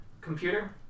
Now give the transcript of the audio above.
computer